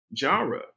genre